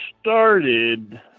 started